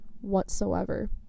whatsoever